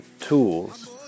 tools